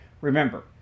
Remember